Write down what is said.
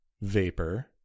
Vapor